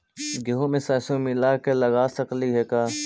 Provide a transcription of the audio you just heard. गेहूं मे सरसों मिला के लगा सकली हे का?